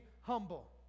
humble